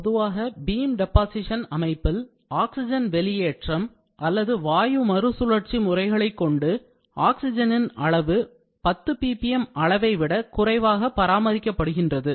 பொதுவாக beam deposition அமைப்பில் oxygen வெளியேற்றம் அல்லது வாயு மறுசுழற்சி முறைகளை கொண்டு ஆக்சிஜனின் அளவு 10 ppm அளவைவிட குறைவாக பராமரிக்கப்படுகின்றது